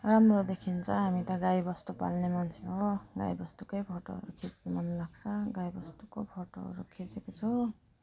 राम्रो देखिन्छ हामी त गाई बस्तु पाल्ने मान्छे हो गाई बस्तुकै फोटो खिच्नु मन लाग्छ गाई बस्तुको फोटोहरू खिचेको छु अन्त